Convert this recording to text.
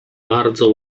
bardzo